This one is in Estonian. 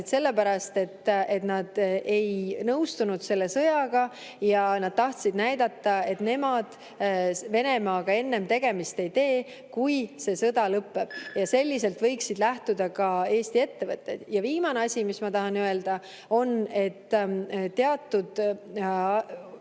sellepärast, et nad ei ole nõus selle sõjaga ja nad tahtsid näidata, et nemad Venemaaga enne tegemist ei tee, kui see sõda lõpeb. Sellest võiksid lähtuda ka Eesti ettevõtted. Ja viimane asi, mis ma tahan öelda, on see, et teatud